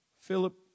Philip